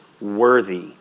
worthy